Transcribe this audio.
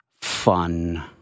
fun